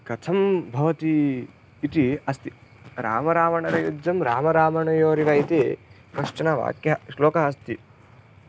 कथं भवति इति अस्ति रामरावणयुद्धं रामरावणयोरिव इति कश्चन वाक्यं श्लोकः अस्ति